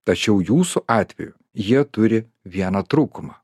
tačiau jūsų atveju jie turi vieną trūkumą